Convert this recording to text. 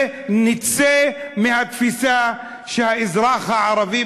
ונצא מהתפיסה שהאזרח הערבי,